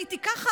הייתי ככה,